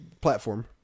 platform